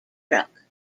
truck